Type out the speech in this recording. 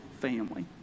family